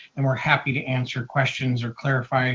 and we're happy to answer questions or clarify